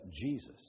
Jesus